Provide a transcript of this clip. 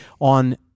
on